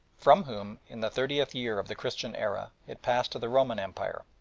from whom in the thirtieth year of the christian era it passed to the roman empire.